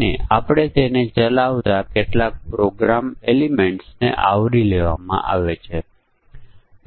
તેથી આપણે પરિસ્થિતિઓના સંભવિત સંયોજનોને 2 પાવર